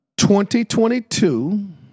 2022